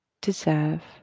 deserve